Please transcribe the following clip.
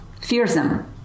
fearsome